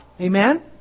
Amen